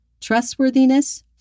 trustworthiness